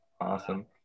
Awesome